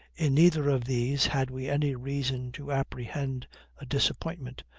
in neither of these had we any reason to apprehend a disappointment,